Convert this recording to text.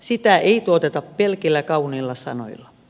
sitä ei tuoteta pelkillä kauniilla sanoilla